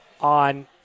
on